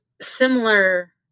similar